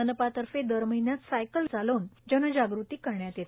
मनपातर्फे दर महिण्यात सायकल चालवून जनजागृती करण्यात येते